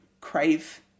crave